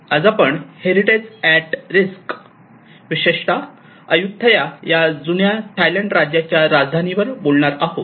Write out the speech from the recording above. आज आपण heritage at risk विशेषतः अय्युथय़ा या जुन्या थायलँड राज्याच्या राजधानी वर बोलणार आहोत